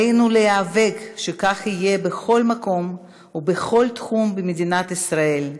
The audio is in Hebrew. עלינו להיאבק שכך יהיה בכל מקום ובכל תחום במדינת ישראל,